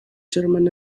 german